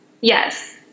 Yes